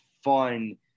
fun